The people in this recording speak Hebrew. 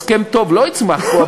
הסכם טוב לא יצמח פה,